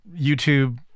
YouTube